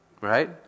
Right